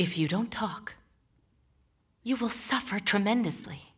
if you don't talk you will suffer tremendously